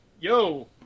Yo